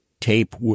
tape